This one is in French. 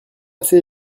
assez